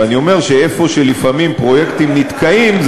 ואני אומר שאיפה שפרויקטים לפעמים נתקעים,